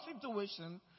situation